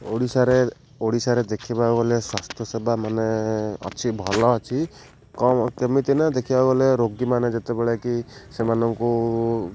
ଓଡ଼ିଶାରେ ଓଡ଼ିଶାରେ ଦେଖିବାକୁ ଗଲେ ସ୍ୱାସ୍ଥ୍ୟ ସେବା ମାନେ ଅଛି ଭଲ ଅଛି କ'ଣ କେମିତି ନା ଦେଖିବାକୁ ଗଲେ ରୋଗୀମାନେ ଯେତେବେଳେ କି ସେମାନଙ୍କୁ